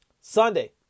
Sunday